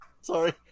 Sorry